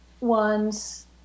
ones